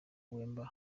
wemba